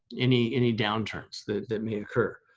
any any downturns that that may occur.